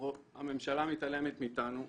הממשלה מתעלמת מאתנו,